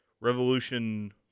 Revolution